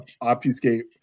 obfuscate